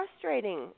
frustrating